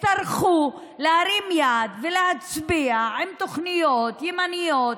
הצטרכו להרים יד ולהצביע עם תוכניות ימניות,